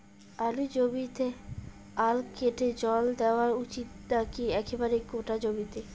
আলুর জমিতে আল কেটে জল দেওয়া উচিৎ নাকি একেবারে গোটা জমিতে?